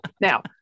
Now